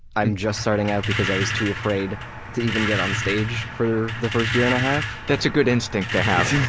i'm just starting out because i was too afraid to even get on stage for the first year and a half. that's a good instinct to have,